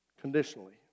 conditionally